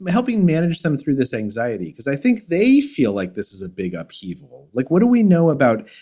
but helping manage them through this anxiety? because i think they feel like this is a big upheaval like, what do we know about.